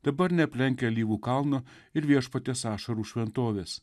dabar neaplenkia alyvų kalno ir viešpaties ašarų šventovės